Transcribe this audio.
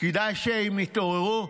כדאי שהם יתעוררו,